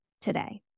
today